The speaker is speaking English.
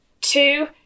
two